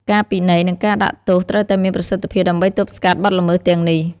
ការពិន័យ និងការដាក់ទោសត្រូវតែមានប្រសិទ្ធភាព ដើម្បីទប់ស្កាត់បទល្មើសទាំងនេះ។